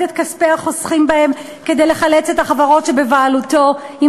את כספי החוסכים בהם כדי לחלץ את החברות שבבעלותו אם